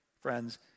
friends